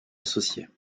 associée